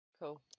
Cool